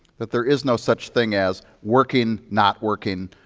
but there is no such thing as working, not working,